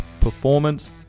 performance